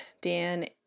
Dan